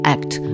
Act